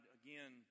again